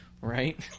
Right